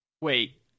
wait